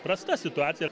prasta situacija